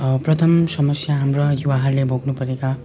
प्रथम समस्या हाम्रो युवाहरूले भोग्नुपरेका